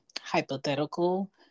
hypothetical